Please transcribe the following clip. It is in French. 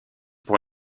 pour